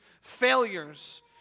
failures